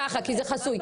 ככה, כי זה חסוי.